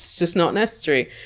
just not necessary.